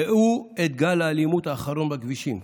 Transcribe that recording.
ראו את גל האלימות האחרון בכבישים.